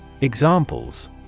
Examples